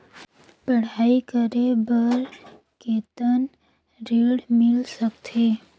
पढ़ाई करे बार कितन ऋण मिल सकथे?